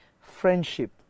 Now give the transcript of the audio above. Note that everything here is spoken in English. friendship